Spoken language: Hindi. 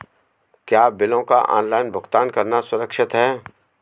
क्या बिलों का ऑनलाइन भुगतान करना सुरक्षित है?